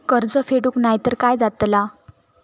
कर्ज फेडूक नाय तर काय जाताला?